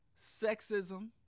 sexism